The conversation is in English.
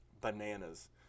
bananas